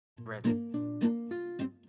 ready